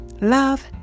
Love